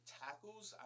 tackles